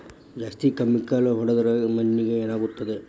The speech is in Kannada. ಜಾಸ್ತಿ ಕೆಮಿಕಲ್ ಹೊಡೆದ್ರ ಮಣ್ಣಿಗೆ ಏನಾಗುತ್ತದೆ?